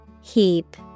Heap